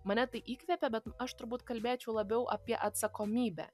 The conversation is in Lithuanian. mane tai įkvepia bet aš turbūt kalbėčiau labiau apie atsakomybę